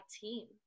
team